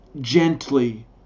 gently